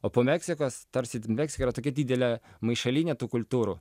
o po meksikos tarsi meksika yra tokia didelė maišalynė tų kultūrų